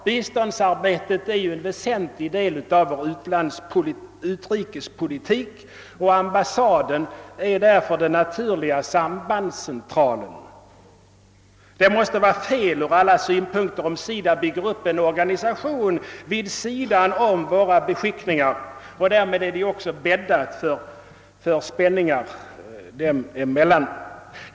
Biståndsarbetet är en väsentlig del av vår utrikespolitik, och ambassaden är därför den naturliga sambandscentralen. Det måste vara fel ur alla synpunkter, om SIDA bygger upp en organisation vid sidan om våra beskickningar — i så fall bäddas det också lätt nog för spänningar.